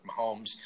Mahomes